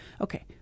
Okay